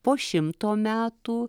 po šimto metų